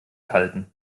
halten